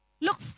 look